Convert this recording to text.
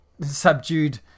subdued